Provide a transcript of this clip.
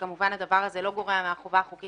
שכמובן הדבר הזה לא גורע מהחובה החוקית